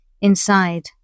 inside